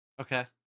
Okay